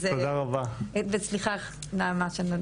אז סליחה נעמה.